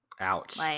Ouch